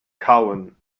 kauen